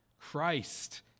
Christ